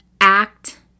act